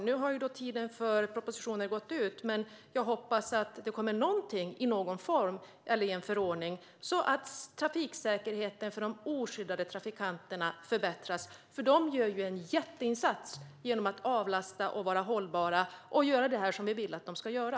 Nu har tiden för propositioner gått ut, men jag hoppas att det kommer någonting i någon form eller i en förordning så att trafiksäkerheten för de oskyddade trafikanterna förbättras. De gör en jätteinsats genom avlastning och hållbarhet. De gör ju det som vi vill att de ska göra.